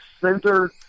center